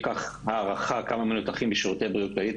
וניקח הערכה כמה מנותחים יש בשירותי בריאות כללית,